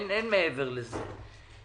אין מעבר לזה.